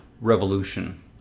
revolution